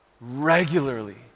regularly